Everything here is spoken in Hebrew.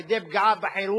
על-ידי פגיעה בחינוך,